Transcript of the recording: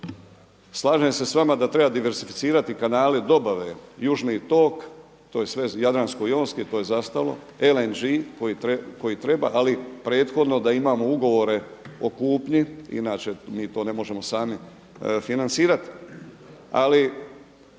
Slažem se sa vama da treba diverzificirati kanale dobave južni tok, to je sve jadransko-jonski, to je zastalo. LNG koji treba, ali prethodno da imamo ugovore o kupnji inače mi to ne možemo sami financirati. Ali